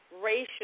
Racial